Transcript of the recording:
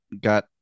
got